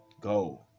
go